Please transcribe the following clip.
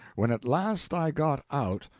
when at last i got out,